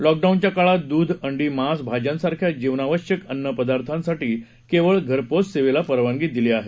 लॉकडाऊनच्या काळात दूध अंडी मांस भाज्यांसारख्या जीवनावश्यक अन्नपदार्थांसाठी केवळ घरपोच सेवेला परवानगी दिली आहे